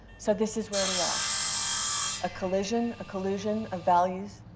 so this is where we are a collision, a collusion of values.